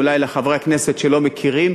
אולי, לחברי הכנסת שלא מכירים,